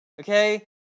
okay